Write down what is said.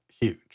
huge